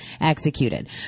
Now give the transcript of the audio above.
executed